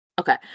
Okay